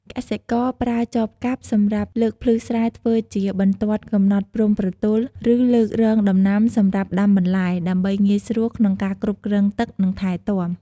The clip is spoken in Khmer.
កសិករប្រើចបកាប់សម្រាប់ លើកភ្លឺស្រែធ្វើជាបន្ទាត់កំណត់ព្រំប្រទល់ឬលើករងដំណាំ សម្រាប់ដាំបន្លែ ដើម្បីងាយស្រួលក្នុងការគ្រប់គ្រងទឹក និងថែទាំ។